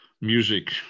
music